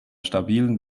stabilen